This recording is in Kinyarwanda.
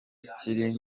kiri